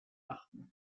achten